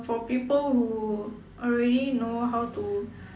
for people who already know how to